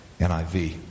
NIV